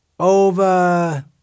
over